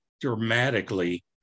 dramatically